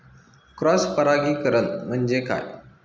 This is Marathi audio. क्रॉस परागीकरण म्हणजे काय?